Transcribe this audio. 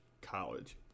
college